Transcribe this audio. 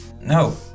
No